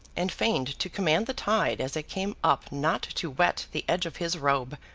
and feigned to command the tide as it came up not to wet the edge of his robe,